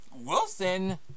Wilson